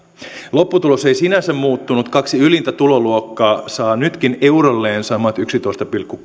lopputulos ei sinänsä muuttunut kaksi ylintä tuloluokkaa saa nytkin eurolleen samat yhdentoista pilkku